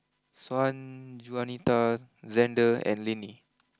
Sanjuanita Zander and Linnie